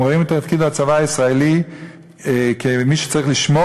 הם רואים את תפקיד הצבא הישראלי כמי שצריך לשמור